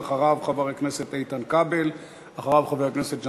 ואחריו, חבר הכנסת איתן כבל.